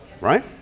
right